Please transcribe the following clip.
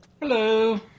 Hello